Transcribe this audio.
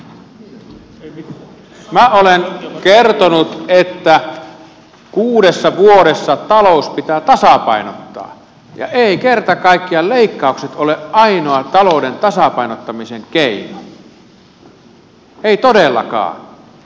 minä olen kertonut että kuudessa vuodessa talous pitää tasapainottaa ja eivät kerta kaikkiaan leikkaukset ole ainoa talouden tasapainottamisen keino eivät todellakaan